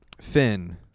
Finn